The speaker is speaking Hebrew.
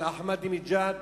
אחמדינג'אד,